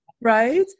right